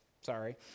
Sorry